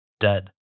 dead